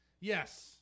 Yes